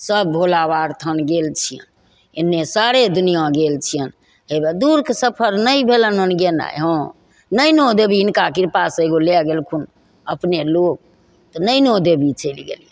सभ भोलाबाबा आओर थान गेल छिअनि एन्ने सारे दुनिआँ गेल छिअनि हेबे दूरके सफर नहि भेलनि हँ गेनाइ हाँ नैना देवी हिनका किरपासे एगो लै गेलखुन अपने लोक तऽ नैनो देवी चलि गेलिए